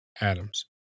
Adams